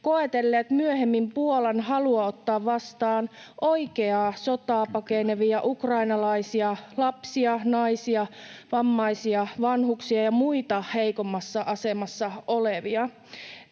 koetelleet myöhemmin Puolan halua ottaa vastaan oikeaa sotaa pakenevia ukrainalaisia lapsia, naisia, vammaisia, vanhuksia ja muita heikommassa asemassa olevia.